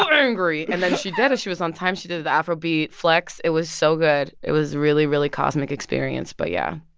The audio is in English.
but angry and then she did. she was on time. she did the afrobeat flex. it was so good. it was really, really cosmic experience. but yeah,